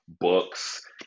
books